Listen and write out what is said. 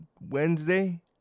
Wednesday